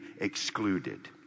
excluded